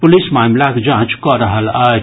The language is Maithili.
पुलिस मामिलाक जांच कऽ रहल अछि